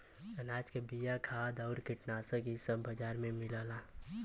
अनाज के बिया, खाद आउर कीटनाशक इ सब बाजार में मिलला